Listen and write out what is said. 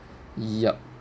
yup